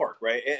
right